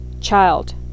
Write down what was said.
child